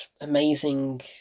amazing